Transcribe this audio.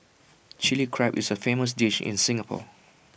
Chilli Crab is A famous dish in Singapore